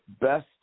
best